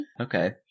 okay